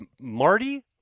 Marty